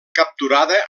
capturada